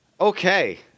Okay